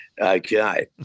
Okay